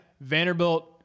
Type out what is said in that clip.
Vanderbilt